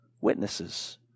witnesses